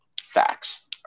facts